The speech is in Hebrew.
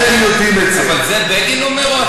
אבל את זה בגין אומר או אתה אומר?